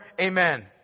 amen